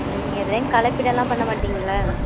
ம் எதையாவது கலப்பிடமெலாம் பண்ணமாட்டிங்கள்ல